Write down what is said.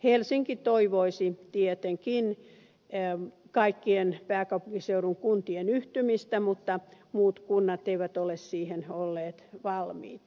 helsinki toivoisi tietenkin kaikkien pääkaupunkiseudun kuntien yhtymistä mutta muut kunnat eivät ole siihen olleet valmiit